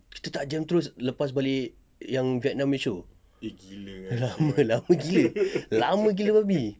kita tak jam terus lepas balik yang vietnam punya show lama lama gila lama gila babi